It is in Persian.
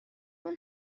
اون